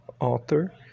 author